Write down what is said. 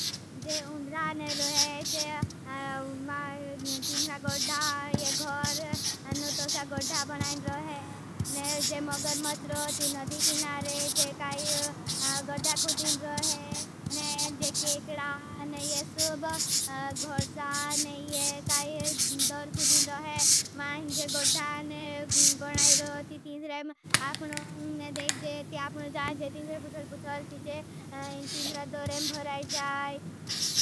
जे उन्द्राने लोहे जे तीनरा गोड़्डा ये घोर नो तोस्या गोड़्डा बनाईन। लोहे जे मगरमच्रो ती नदी किनारे जे काई गोड़्डा कुदिन लोहे। जे केकड़ा ने ये सूब घोर सा ने ये काई दोर कुदिन लोहे मां जे गोड़्डा ने बनाई। रो ती तीनरा अपनो देख जे ती। अपनो जा जे तीनरा पुछल पुछल ती चे तीनरा दोरें भराई जाई।